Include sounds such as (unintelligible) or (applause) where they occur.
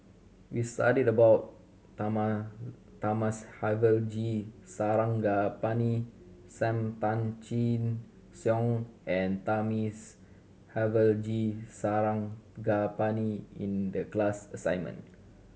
we studied about (unintelligible) Thamizhavel G Sarangapani Sam Tan Chin Siong and Thamizhavel G Sarangapani in the class assignment